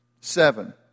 Seven